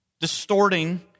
Distorting